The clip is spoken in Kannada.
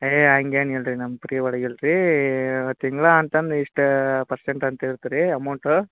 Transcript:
ಅಯ್ಯೋ ಹಂಗೇನ್ ಇಲ್ಲಾರಿ ನಮ್ಮ ಪ್ರೀ ಹೊಡ್ಯವ್ ಇಲ್ಲಾರೀ ತಿಂಗ್ಳು ಅಂತಂದು ಇಷ್ಟು ಪರ್ಸೆಂಟ್ ಅಂತ ಇರ್ತೆ ರೀ ಅಮೌಂಟು